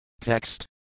TEXT